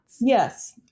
yes